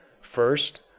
First